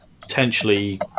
potentially